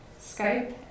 Skype